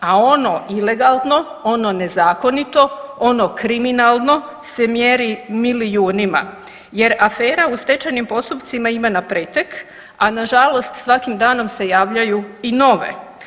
A ono ilegalno, ono nezakonito, ono kriminalno se mjeri milijunima jer afera u stečajnim postupcima ima na pretek, a nažalost svakim danom se javljaju i nove.